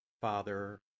Father